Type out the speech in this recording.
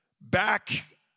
back